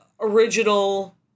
original